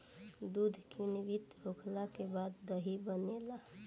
दूध किण्वित होखला के बाद दही बनेला